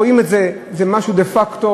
רואים את זה, זה משהו דה-פקטו,